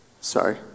Sorry